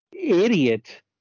idiot